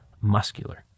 muscular